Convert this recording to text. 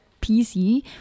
PC